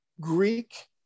greek